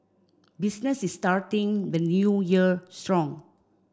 business is starting the New Year strong